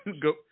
Go